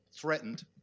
threatened